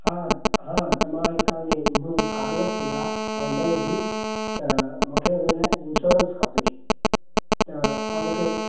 हा हा त मां हिकु हाणे न्यू कार वरिती आहे होंडा जी त मूंखे उन लाइ इंश्योरंस खपे त तव्हां मूंखे